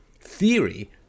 theory